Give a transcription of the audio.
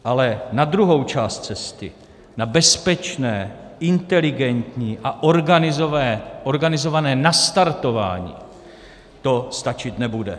Ale na druhou část cesty, na bezpečné, inteligentní a organizované nastartování to stačit nebude.